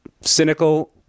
cynical